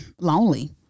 lonely